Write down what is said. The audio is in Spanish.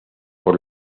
por